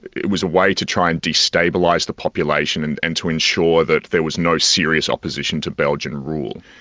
it was a way to try and destabilise the population and and to ensure that there was no serious opposition to belgian rule.